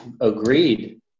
agreed